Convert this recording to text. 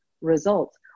results